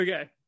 Okay